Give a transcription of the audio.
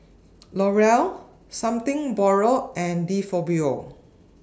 Laurier Something Borrowed and De Fabio